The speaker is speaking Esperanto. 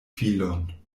filon